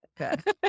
Okay